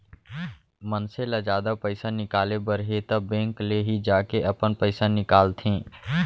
मनसे ल जादा पइसा निकाले बर हे त बेंक ले ही जाके अपन पइसा निकालंथे